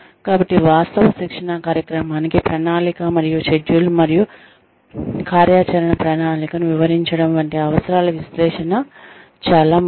కాబట్టి వాస్తవ శిక్షణా కార్యక్రమానికి ప్రణాళిక మరియు షెడ్యూల్ మరియు కార్యాచరణ ప్రణాళికను వివరించడం వంటి అవసరాల విశ్లేషణ చాలా ముఖ్యం